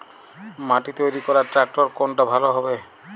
মাটি তৈরি করার ট্রাক্টর কোনটা ভালো হবে?